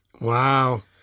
Wow